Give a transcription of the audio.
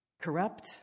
corrupt